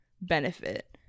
benefit